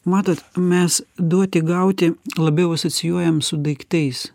matot mes duoti gauti labiau asocijuojam su daiktais